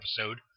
episode